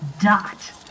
Dot